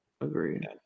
Agreed